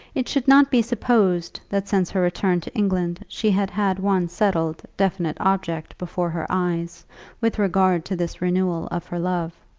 it should not be supposed that since her return to england she had had one settled, definite object before her eyes with regard to this renewal of her love.